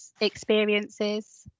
experiences